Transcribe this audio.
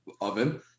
oven